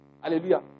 Hallelujah